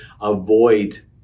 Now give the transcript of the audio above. avoid